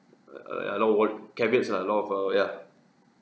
err ya a lot of what caveats lah a lot err ya